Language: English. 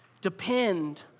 Depend